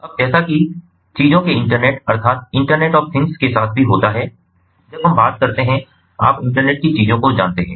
अब जैसा कि चीजों के इंटरनेट के साथ भी होता है जब हम बात करते हैं आप इंटरनेट की चीजों को जानते हैं